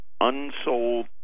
Unsold